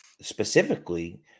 specifically